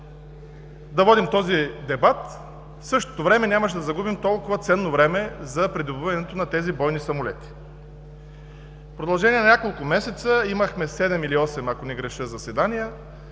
да водим този дебат. В същото време нямаше да изгубим толкова ценно време за придобиването на тези бойни самолети. В продължение на няколко месеца имахме седем или осем заседания,